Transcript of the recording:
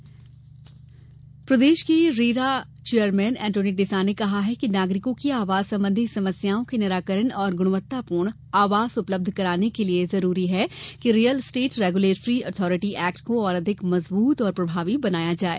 RERA act प्रदेश के RERA chairman Antony D'Sa ने कहा है कि नागरिकों की आवास संबंधी समस्याओं के निराकरण और गुणवत्तापूर्ण आवास उपलब्ध के लिये जरूरी है कि real estate regulatory authority act को और अधिक मजबूत और प्रभावी बनाया जाये